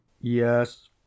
yes